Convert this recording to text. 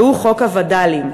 והוא חוק הווד"לים.